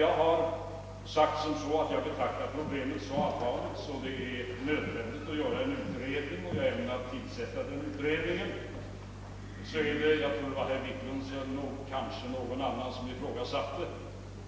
Jag har förklarat att jag betraktar problemet som så allvarligt, att det är nödvändigt att göra en utredning, och jag ämnar tillsätta denna utredning. Jag tror att det var herr Wiklund som ifrågasatte